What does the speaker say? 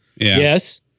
Yes